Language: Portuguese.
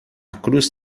cruz